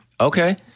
Okay